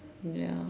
ya